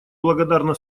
благодарна